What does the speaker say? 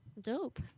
Dope